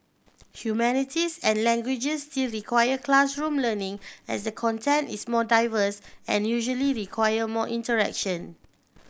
humanities and languages still require classroom learning as the content is more diverse and usually require more interaction